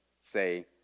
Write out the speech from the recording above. say